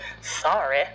sorry